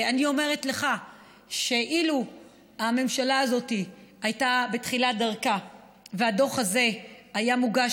אני אומרת לך שאילו הממשלה הזאת הייתה בתחילת דרכה והדוח הזה היה מוגש